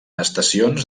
estacions